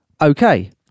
okay